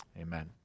Amen